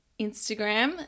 Instagram